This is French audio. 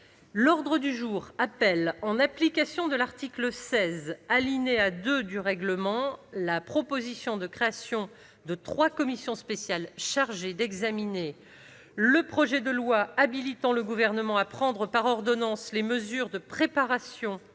L'ordre du jour appelle, en application de l'article 16, alinéa 2, du règlement, la proposition de création de trois commissions spéciales chargées d'examiner le projet de loi habilitant le Gouvernement à prendre par ordonnance les mesures de préparation